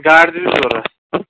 گاڈٕ تہِ چھِ ضروٗرت